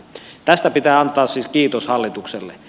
tästä pitää antaa siis kiitos hallitukselle